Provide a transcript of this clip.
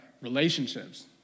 relationships